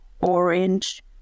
orange